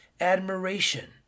admiration